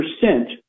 percent